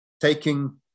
taking